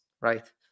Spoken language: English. right